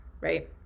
right